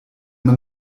man